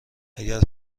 اگر